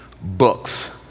books